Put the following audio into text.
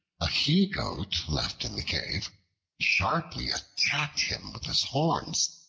a he-goat left in the cave sharply attacked him with his horns.